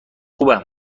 خوبم